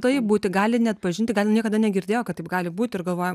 taip būti gali neatpažinti gal niekada negirdėjo kad taip gali būt ir galvoja